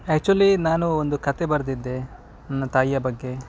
ಆಚ್ವಲಿ ನಾನು ಒಂದು ಕಥೆ ಬರೆದಿದ್ದೆ ನನ್ನ ತಾಯಿಯ ಬಗ್ಗೆ